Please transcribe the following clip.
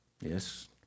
Yes